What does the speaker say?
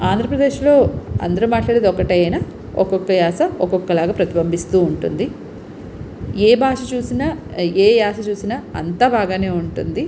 ఆంధ్రప్రదేశ్లో అందరూ మాట్లాడేది ఒకటే అయినా ఒక్కొక్క యాస ఒక్కొక్కలాగా ప్రతిబంబిస్తూ ఉంటుంది ఏ భాష చూసిన ఏ యాస చూసిన అంతా బాగానే ఉంటుంది